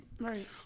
Right